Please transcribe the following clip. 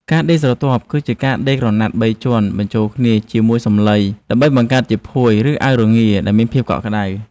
ការដេរស្រទាប់ គឺជាការដេរក្រណាត់បីជាន់បញ្ចូលគ្នាជាមួយសំឡី ដើម្បីបង្កើតជាភួយ ឬអាវរងាដែលមានភាពកក់ក្ដៅ។